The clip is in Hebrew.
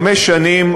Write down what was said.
חמש שנים,